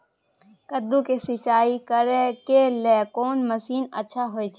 कद्दू के सिंचाई करे के लेल कोन मसीन अच्छा होय छै?